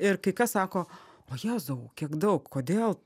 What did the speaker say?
ir kai kas sako o jėzau kiek daug kodėl